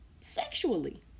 sexually